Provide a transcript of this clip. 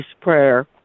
prayer